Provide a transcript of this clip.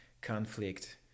conflict